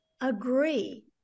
agree